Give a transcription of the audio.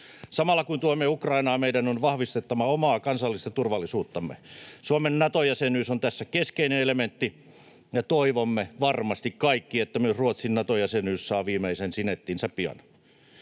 Samalla kun tuemme Ukrainaa, meidän on vahvistettava omaa kansallista turvallisuuttamme. Suomen Nato-jäsenyys on tässä keskeinen elementti, ja toivomme varmasti kaikki, että myös Ruotsin Nato-jäsenyys saa viimeisen sinettinsä pian.